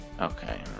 okay